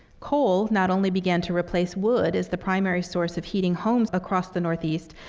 coal not only began to replace wood as the primary source of heating homes across the northeast,